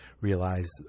realize